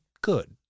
good